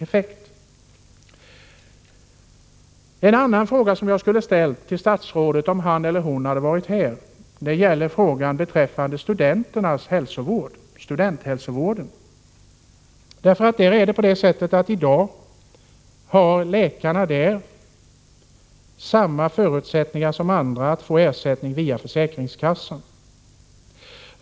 En annan fråga som jag skulle ha ställt till statsrådet Sigurdsen om hon hade varit här gäller studenthälsovården. Läkarna inom studenthälsovården har f.n. samma förutsättningar som andra läkare att få ersättning via försäkringskassan.